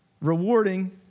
rewarding